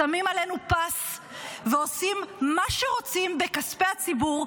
שמים עלינו פס ועושים מה שרוצים בכספי ציבור,